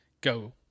go